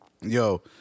Yo